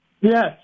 Yes